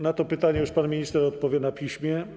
Na to pytanie już pan minister odpowie na piśmie.